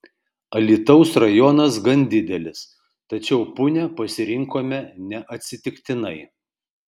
alytaus rajonas gan didelis tačiau punią pasirinkome neatsitiktinai